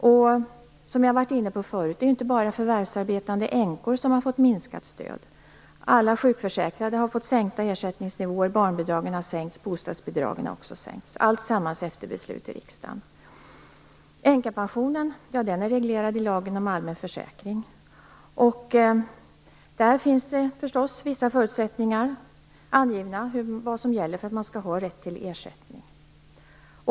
Som jag har varit inne på förut är det inte bara förvärvsarbetande änkor som har fått minskat stöd. Alla sjukförsäkrade har fått sänkta ersättningsnivåer, barnbidragen och bostadsbidragen har sänkts - alltsammans efter beslut i riksdagen. Änkepensionen är reglerad i lagen om allmän försäkring. I den finns förstås vissa förutsättningar angivna för vad som gäller för att man skall ha rätt till ersättning.